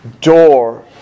door